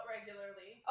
Regularly